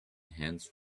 hands